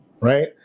right